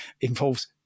involves